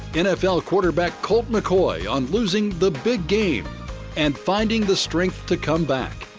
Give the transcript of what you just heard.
nfl quarterback colt mccoy on losing the big game and finding the strength to come back.